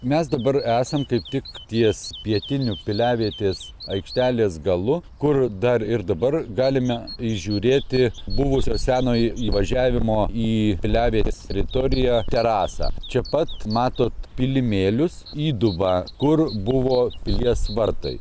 mes dabar esam kaip tik ties pietiniu piliavietės aikštelės galu kur dar ir dabar galime įžiūrėti buvusio senoj įvažiavimo į piliavietės teritoriją terasą čia pat matot pylimėlius įdubą kur buvo pilies vartai